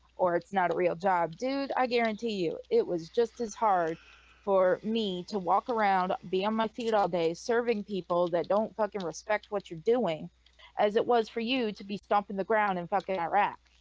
or it's not a real job, dude i guarantee you it was just as hard for me to walk around be on my feet all day serving people that don't fucking respect what you're doing as it was for you to be stumped in the ground and fucking iraq